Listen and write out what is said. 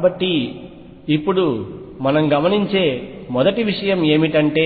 కాబట్టి ఇప్పుడు మనం గమనించే మొదటి విషయం ఏమిటంటే